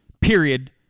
period